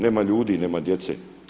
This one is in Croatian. Nema ljudi, nema djece.